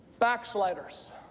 Backsliders